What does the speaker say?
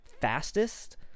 fastest